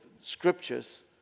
scriptures